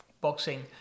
boxing